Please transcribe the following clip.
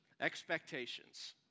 expectations